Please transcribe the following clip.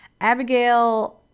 Abigail